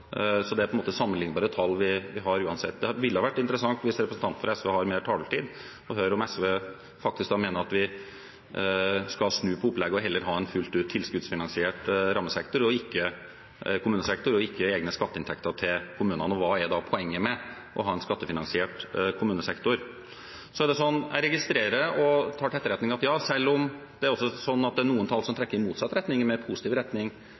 så det er på en måte sammenlignbare tall vi har uansett. Det ville ha vært interessant, hvis representanten fra SV har mer taletid, å høre om SV faktisk da mener at vi skal snu på opplegget og heller ha en fullt ut tilskuddsfinansiert kommunesektor og ikke egne skatteinntekter til kommunene. Hva er da poenget med å ha en skattefinansiert kommunesektor? Jeg registrerer og tar til etterretning at selv om det også er sånn at det er noen tall som trekker i motsatt retning og i mer positiv retning,